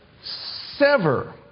sever